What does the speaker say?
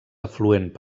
afluent